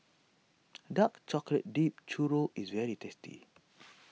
Dark Chocolate Dipped Churro is very tasty